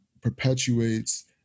perpetuates